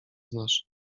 znasz